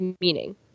meaning